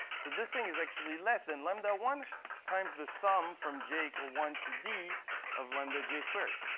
so this thing is actually less than lambda one times the sum from j equal one to d of lambda j squared